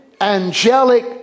angelic